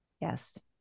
Yes